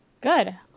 Good